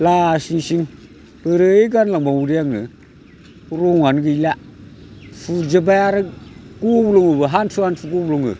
लासिंसिं बोरै गानलांबावनोदे आङो रंआनो गैला फुरजोबबाय आरो हान्थु हान्थु गब्लङो